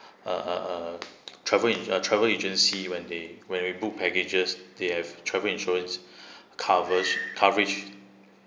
uh uh uh travel in uh travel agency when they when we book packages they have travel insurance covers coverage